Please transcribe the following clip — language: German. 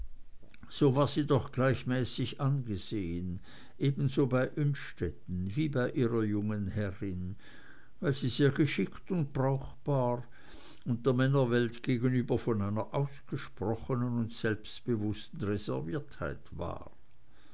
so war sie doch gleichmäßig angesehen ebenso bei innstetten wie bei ihrer jungen herrin weil sie sehr geschickt und brauchbar und der männerwelt gegenüber von einer ausgesprochenen und selbstbewußten reserviertheit war